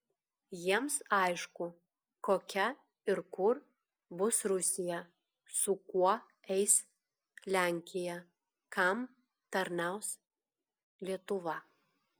jiems aišku kokia ir kur bus rusija su kuo eis lenkija kam tarnaus lietuva